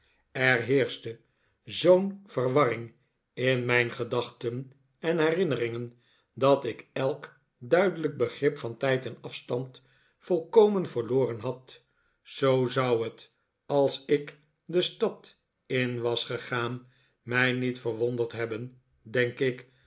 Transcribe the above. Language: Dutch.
er heerschte zoo'n verwarring in mijn gedachten en herinneringen dat ik elk duidelijk begrip van tijd en af stand volkomen verloren had zoo zou het als ik de stad in was gegaan mij niet verwonderd hebben denk ik